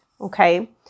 Okay